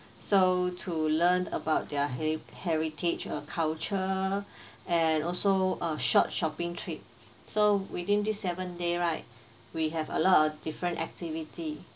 so to learn about their her~ heritage uh culture and also a short shopping trip so within this seven day right we have a lot of different activity